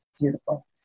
beautiful